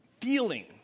feeling